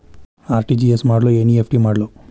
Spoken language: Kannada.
ಆರ್.ಟಿ.ಜಿ.ಎಸ್ ಮಾಡ್ಲೊ ಎನ್.ಇ.ಎಫ್.ಟಿ ಮಾಡ್ಲೊ?